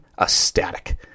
ecstatic